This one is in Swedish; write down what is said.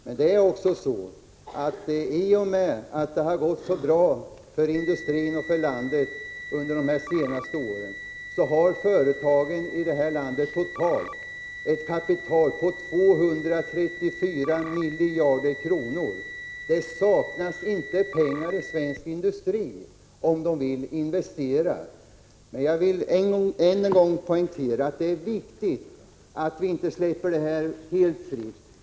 Men i och med att det har gått så bra för industrin och för landet under de senaste åren har företagen totalt ett kapital på 234 miljarder. Det saknas alltså inte pengar i svensk industri, om man vill investera. Jag vill än en gång poängtera att det är viktigt att inte släppa investeringsfonderna helt fria.